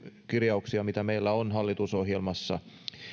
kirjauksia mitä meillä on hallitusohjelmassa